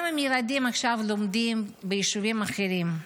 גם אם הילדים עכשיו לומדים ביישובים אחרים,